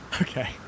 Okay